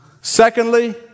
Secondly